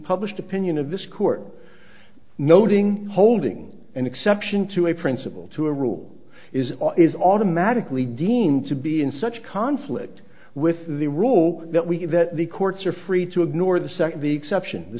published opinion of this court noting holding an exception to a principle to a rule is or is automatically deemed to be in such conflict with the rule that we get that the courts are free to ignore the second the exception the